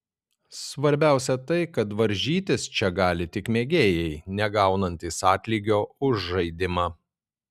svarbiausia tai kad varžytis čia gali tik mėgėjai negaunantys atlygio už žaidimą